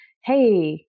Hey